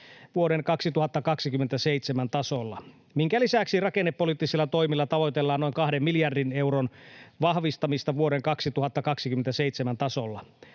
vuoden 2027 tasolla, minkä lisäksi rakennepoliittisilla toimilla tavoitellaan noin kahden miljardin euron vahvistumista vuoden 2027 tasolla.